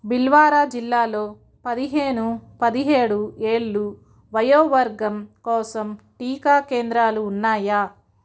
బిల్వారా జిల్లాలో పదిహేను పదుహేడు ఏళ్ళు వయోవర్గం కోసం టీకా కేంద్రాలు ఉన్నాయా